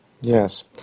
Yes